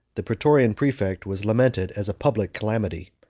the praetorian praefect, was lamented as a public calamity.